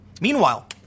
Meanwhile